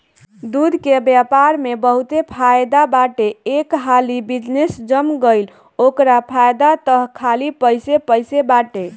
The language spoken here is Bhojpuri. दूध के व्यापार में बहुते फायदा बाटे एक हाली बिजनेस जम गईल ओकरा बाद तअ खाली पइसे पइसे बाटे